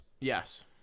Yes